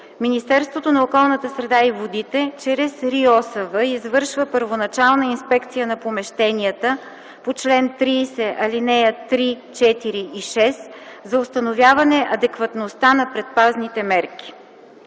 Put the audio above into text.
Министерството на околната среда и водите чрез РИОСВ извършва първоначална инспекция на помещенията по чл. 30, ал. 3, 4 и 6 за установяване адекватността на предпазните мерки.”